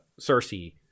Cersei